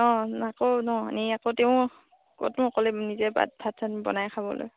অ' আকৌ ন নি আকৌ তেওঁ ক'তনো অকলে নিজে ভাত চাত বনাই খাবলৈ